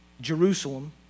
Jerusalem